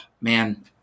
man